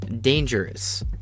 dangerous